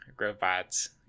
robots